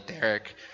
Derek